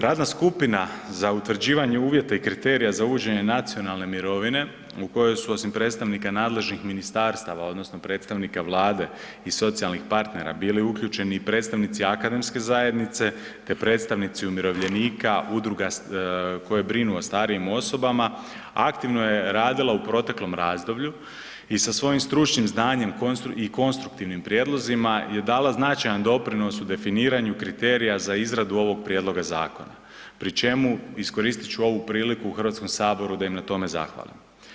Radna skupina za utvrđivanje uvjeta i kriterija za uvođenje nacionalne mirovine u kojoj su osim predstavnika nadležnih ministarstava odnosno predstavnika Vlade i socijalnih partnera bili uključeni i predstavnici akademske zajednice te predstavnici umirovljenika, udruga koje brinu o starijim osobama aktivno je radila u proteklom razdoblju i sa svojim stručnim znanjem i konstruktivnim prijedlozima je dala značajan doprinos u definiranju kriterija za izradu ovog prijedloga zakona, pri čemu, iskoristit ću ovu priliku u HS-u da im na tome zahvalim.